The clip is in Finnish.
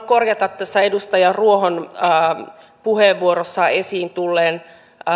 korjata tässä edustaja ruohon puheenvuorossa esiin tulleen